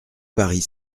paris